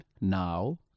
Now